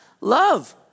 Love